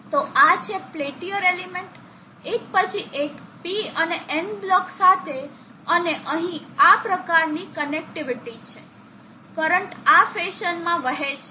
તો આ છે પેલ્ટીયર એલિમેન્ટ એકપછી એક P અને N બ્લોક સાથે અને અહીં આ પ્રકારની કનેક્ટિવિટી છે કરંટ આ ફેશનમાં વહે છે